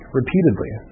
repeatedly